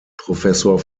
professor